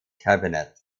cabinet